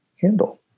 handle